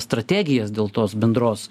strategijas dėl tos bendros